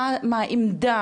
מה העמדה,